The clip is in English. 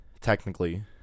technically